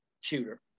shooter